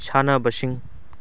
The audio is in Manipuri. ꯁꯥꯟꯅꯕꯁꯤꯡ